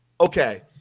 Okay